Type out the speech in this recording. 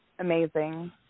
Amazing